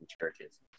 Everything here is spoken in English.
churches